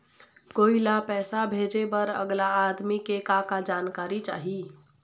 कोई ला पैसा भेजे बर अगला आदमी के का का जानकारी चाही?